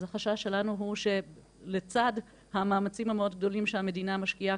אז החשש שלנו הוא שלצד המאמצים המאוד גדולים שהמדינה משקיעה,